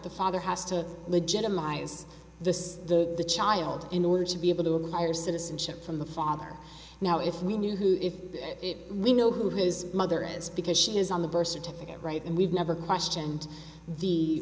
the father has to legitimize this the the child in order to be able to acquire citizenship from the fall are now if we knew who if we know who his mother is because she is on the birth certificate right and we've never questioned the